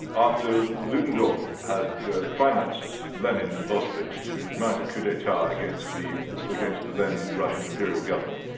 after ludendorff had financed lenin and the bolsheviks to mount a coup d'etat against the against the then-russian imperial government,